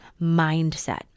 mindset